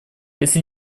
если